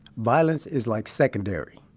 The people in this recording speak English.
violence is like secondary.